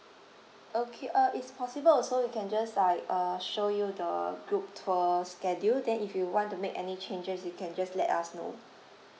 okay uh is possible also we can just like uh show you the group tour schedule then if you want to make any changes you can just let us know